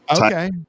Okay